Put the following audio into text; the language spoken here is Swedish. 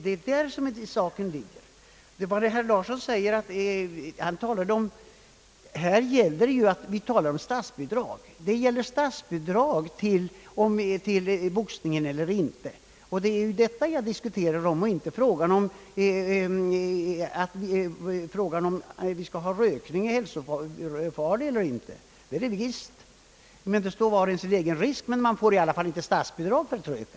Det är så saken ligger till. Vad herr Larsson talade om har ingenting att göra med den här saken. Här gäller det statsbidrag till boxningen eller inte, och det är den frågan som jag diskuterar och inte frågan om huruvida rökningen är hälsofarlig eller inte. Det är den visst! Men där får var och en stå sin egen risk, och man får inte statsbidrag för att röka.